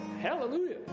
Hallelujah